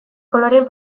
koloreen